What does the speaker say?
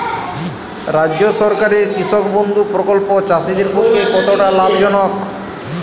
রাজ্য সরকারের কৃষক বন্ধু প্রকল্প চাষীদের পক্ষে কতটা লাভজনক?